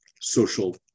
social